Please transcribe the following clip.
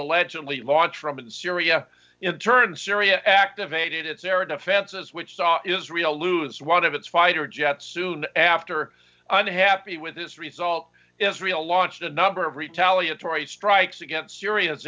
allegedly launched from in syria in turn syria activated its air defenses which saw israel lose one of its fighter jets soon after unhappy with this result israel launched a number of retaliatory strikes against syria